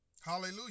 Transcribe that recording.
Hallelujah